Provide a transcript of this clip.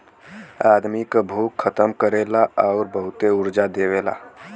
आदमी क भूख खतम करेला आउर बहुते ऊर्जा देवेला